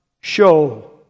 show